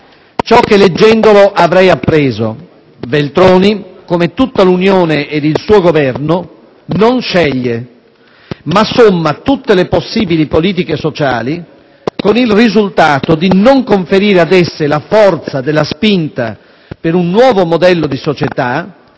ciò che leggendolo avrei appreso: Veltroni, come tutta l'Unione e il suo Governo, non sceglie, ma somma tutte le possibilità politiche sociali, con il risultato di non conferire ad esse la forza della spinta per un nuovo modello di società,